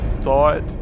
thought